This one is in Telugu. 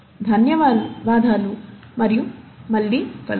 ధన్యవాదాలు మరియు మళ్ళీ కలుద్దాం